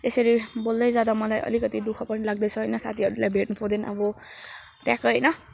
यसरी बोल्दै जाँदा मलाई अलिकति दुखः पनि लाग्दैछ होइन साथीहरूलाई भेट्न पाउँदैन अब ट्याक्कै होइन